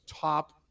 top